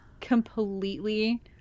completely